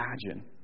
imagine